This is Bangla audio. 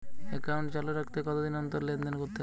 একাউন্ট চালু রাখতে কতদিন অন্তর লেনদেন করতে হবে?